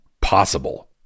possible